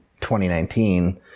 2019